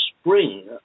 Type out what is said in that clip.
spring